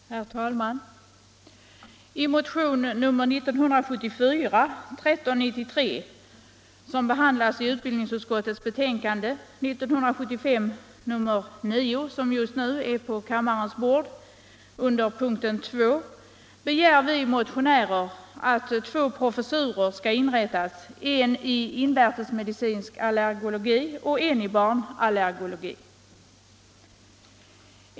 Herr talman! I motionen 1974:1393, som behandlas i utbildningsutskottets betänkande 1975:9, punkten 2, begär vi motionärer att två professurer skall inrättas, en i invärtesmedicinsk allergologi och en i barnallergologi.